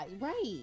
Right